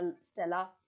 stella